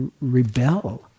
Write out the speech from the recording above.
rebel